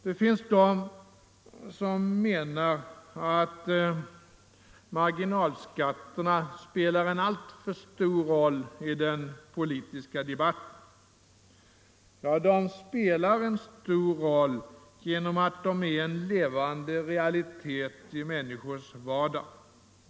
Det finns de som menar att marginalskatterna spelar en alltför stor roll i den politiska debatten. Ja, de spelar en stor roll genom att de är en levande realitet i människors vardag.